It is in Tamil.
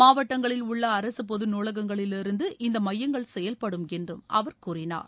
மாவட்டங்களில் உள்ள அரசு பொது நூலகங்களிலிருந்து இந்த மையங்கள் செயல்படும் என்று அவர் கூறினார்